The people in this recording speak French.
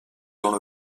dans